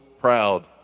proud